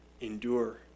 endure